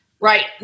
Right